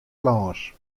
lâns